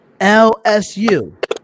LSU